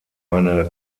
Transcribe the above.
eine